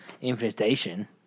infestation